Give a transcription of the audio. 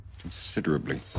Considerably